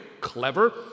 clever